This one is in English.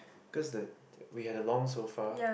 cause the we had a long sofa